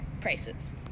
prices